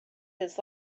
his